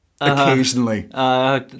occasionally